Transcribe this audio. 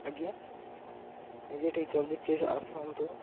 ଆଜ୍ଞା ଆଜ୍ଞା ଟିକେ ଜଲ୍ଦି ପ୍ଲିଜ୍ ଆସନ୍ତୁ